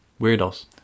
Weirdos